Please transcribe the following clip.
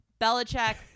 Belichick